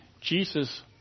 Jesus